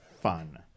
fun